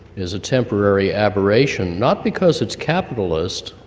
is a temporary aberration not because it's capitalist,